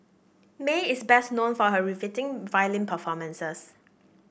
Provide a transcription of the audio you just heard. Mae is best known for her riveting violin performances